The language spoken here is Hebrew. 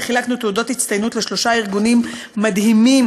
וחילקנו תעודות הצטיינות לשלושה ארגונים מדהימים